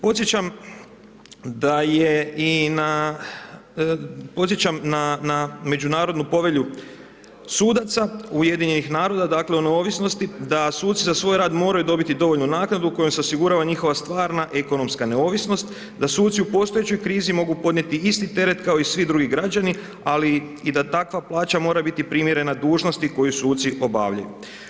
Podsjećam da je i na, podsjećam na međunarodnu povelju sudaca, UN, dakle o neovisnosti da suci za svoj rad moraju dobiti dovoljnu naknadu kojom se osigurava njihova stvarna ekonomska neovisnost da suci u postojećoj krizi mogu podnijeti isti teret kao i svi drugi građani ali i da takva plaća mora biti primjerena dužnosti koju suci obavljaju.